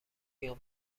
بیام